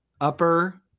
Upper